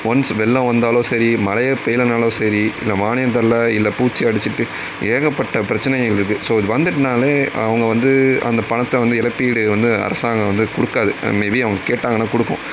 once வெள்ளம் வந்தாலோ சரி மழையே பெய்யலைன்னாலும் சரி இல்லை மானியம் தரலை இல்லை பூச்சி அடிச்சிட்டு ஏகப்பட்ட பிரச்சனைகள் இருக்குது ஸோ இது வந்துட்டுன்னாலே அவங்க வந்து அந்த பணத்தை வந்து இழப்பீடு வந்து அரசாங்கம் வந்து கொடுக்காது மேபி அவங்க கேட்டாங்கன்னால் கொடுக்கும்